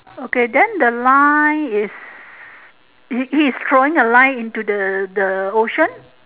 okay then the line is he he is throwing a line into the the ocean